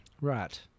Right